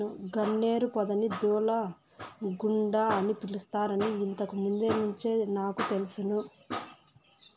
గన్నేరు పొదని దూలగుండ అని పిలుస్తారని ఇంతకు ముందు నుంచే నాకు తెలుసును